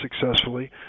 successfully